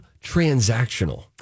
transactional